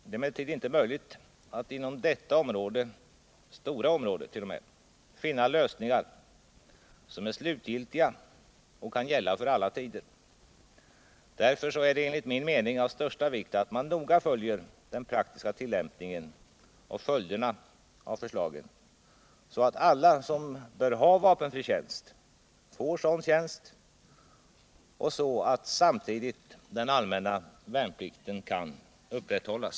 Det är emellertid inte möjligt att inom detta stora område finna lösningar som är slutgiltiga och kan gälla för alla tider. Därför är det enligt min mening av största vikt att man noga följer den praktiska tillämpningen och följderna av förslagen, så att alla som bör ha vapenfri tjänst får sådan tjänst och så att samtidigt den allmänna värnplikten kan upprätthållas.